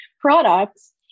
products